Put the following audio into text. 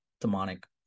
demonic